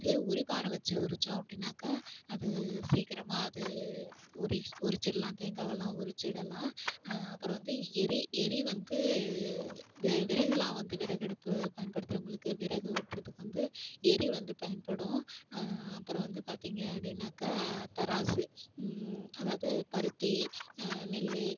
இதே உரிப்பாறை வெச்சு உரிச்சோம் அப்படின்னாக்கா அது சீக்கிரமாக அது உரிஸ் உரிச்சிரலாம் தேங்காவெல்லாம் உரிச்சுடலாம் அப்புறம் வந்து எறி எறி வந்து வி விறகுலாம் வந்து விறகடுப்பு பயன்படுத்துறவங்களுக்கு விறகு வெட்டுறதுக்கு வந்து எறி வந்து பயன்படும் அப்புறம் வந்து பார்த்தீங்க அப்படின்னாக்கா தராசு அதாவது பருத்தி நெல்லு